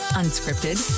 unscripted